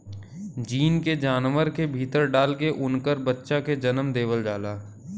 gene के जानवर के भीतर डाल के उनकर बच्चा के जनम देवल जाला